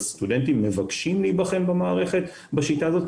וסטודנטים מבקשים להיבחן במערכת בשיטה הזאת,